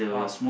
!wow!